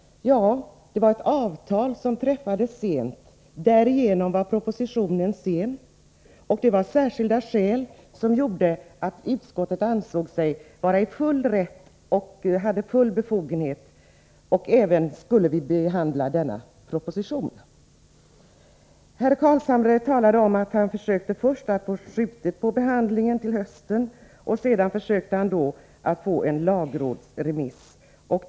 Ja, det var ett avtal som träffades sent. Därigenom blev propositionen sen. Det var särskilda skäl som gjorde att utskottet ansåg sig vara i full rätt och ha full befogenhet och skyldighet att behandla propositionen. Herr Carlshamre talade om att han först försökte få behandlingen uppskjuten till hösten och sedan försökte få en lagrådsremiss.